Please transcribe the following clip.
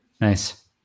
Nice